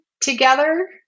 together